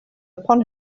upon